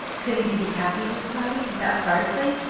couldn't you be happy here, cloudy, with that fireplace,